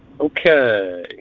Okay